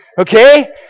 Okay